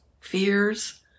fears